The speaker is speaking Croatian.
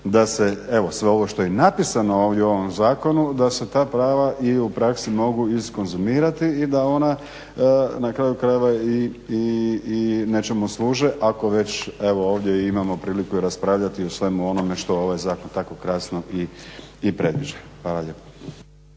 da se evo sve ovo što je napisano ovdje u ovom zakonu da se ta prava i u praksi mogu izkonzumirati i da ona na kraju krajeva i nečemu služe ako već evo ovdje imamo priliku raspravljati o svemu onome što ovaj zakon tako krasno i predviđa.